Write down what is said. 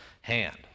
hand